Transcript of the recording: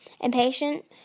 Impatient